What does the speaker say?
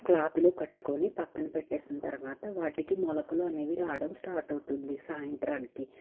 క్లాత్లో కట్టుకొని పక్కన పెట్టేసిన తర్వాత వాటికి మొలకలు అనేవి రావడం స్టార్ట్ అవుతుంది సాయంత్రానికి